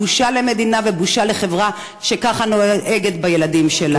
בושה למדינה ובושה לחברה שככה נוהגת בילדים שלה.